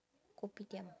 kopitiam